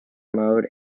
mode